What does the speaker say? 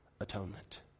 atonement